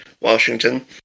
Washington